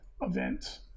event